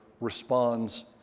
responds